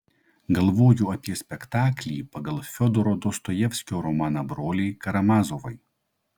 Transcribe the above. galvoju apie spektaklį pagal fiodoro dostojevskio romaną broliai karamazovai